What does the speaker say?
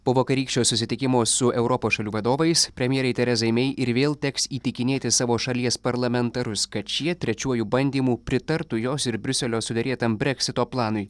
po vakarykščio susitikimo su europos šalių vadovais premjerei terezai mei ir vėl teks įtikinėti savo šalies parlamentarus kad šie trečiuoju bandymu pritartų jos ir briuselio suderėtam breksito planui